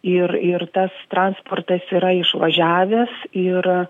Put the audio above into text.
ir ir tas transportas yra išvažiavęs ir